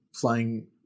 flying